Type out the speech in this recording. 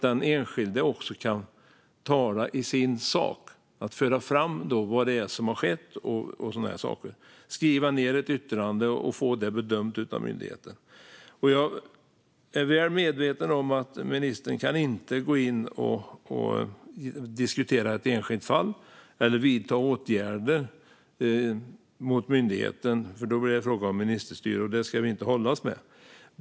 Den enskilde ska också kunna tala i sin sak, föra fram vad som har skett och sådana saker, skriva ned ett yttrande och få det bedömt av myndigheten. Jag är väl medveten om att ministern inte kan diskutera ett enskilt fall eller vidta åtgärder mot myndigheten, för då blir det fråga om ministerstyre, och det ska vi inte hålla på med.